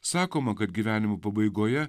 sakoma kad gyvenimu pabaigoje